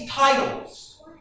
titles